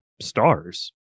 stars